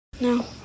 No